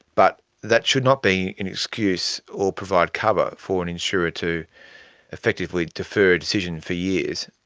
but that should not be an excuse or provide cover for an insurer to effectively defer a decision for years,